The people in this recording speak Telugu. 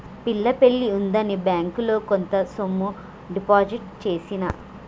పిల్ల పెళ్లి ఉందని బ్యేంకిలో కొంత సొమ్ము డిపాజిట్ చేసిన